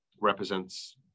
represents